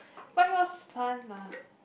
but it was fun lah